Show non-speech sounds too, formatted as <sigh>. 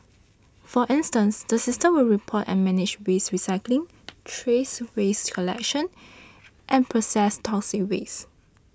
for instance the system will report and manage waste recycling <noise> trace waste collection and processed toxic waste